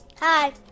Hi